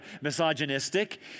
misogynistic